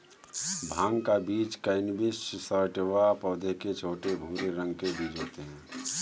भाँग का बीज कैनबिस सैटिवा पौधे के छोटे, भूरे रंग के बीज होते है